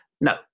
no